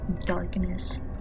darkness